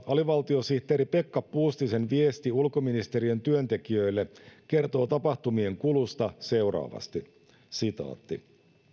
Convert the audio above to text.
alivaltiosihteeri pekka puustisen viesti ulkoministeriön työntekijöille kertoo tapahtumien kulusta seuraavasti